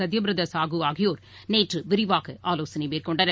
சத்தியபிரதாசாகூஆகியோர் நேற்றுவிரிவாகஆலோசனைமேற்கொண்டனர்